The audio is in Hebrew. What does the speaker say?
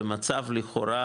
במצב לכאורה,